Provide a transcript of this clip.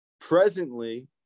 presently